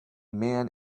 man